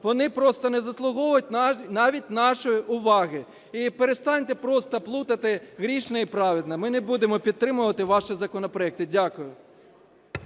вони просто не заслуговують навіть нашої уваги. І перестаньте просто плутати грішне і праведне. Ми не будемо підтримувати ваші законопроекти. Дякую.